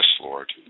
Lord